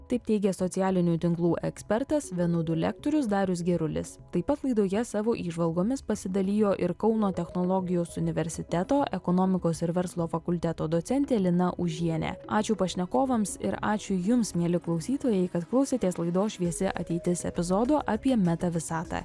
taip teigia socialinių tinklų ekspertas vienudu lektorius darius gerulis taip pat laidoje savo įžvalgomis pasidalijo ir kauno technologijos universiteto ekonomikos ir verslo fakulteto docentė lina užienė ačiū pašnekovams ir ačiū jums mieli klausytojai kad klausėtės laidos šviesi ateitis epizodo apie meta visatą